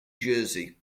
jersey